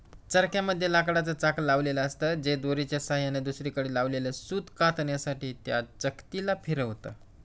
चरख्या मध्ये लाकडाच चाक लावलेल असत, जे दोरीच्या सहाय्याने दुसरीकडे लावलेल सूत कातण्यासाठी च्या चकती ला फिरवते